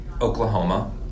Oklahoma